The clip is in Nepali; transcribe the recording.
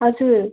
हजुर